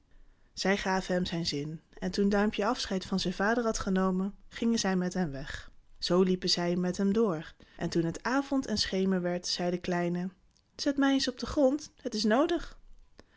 zij gaven hem zijn zin en toen duimpje afscheid van zijn vader had genomen gingen zij met hem weg zoo liepen zij met hem door en toen het avond en schemer werd zei de kleine zet mij eens even op den grond het is noodig